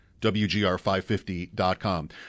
WGR550.com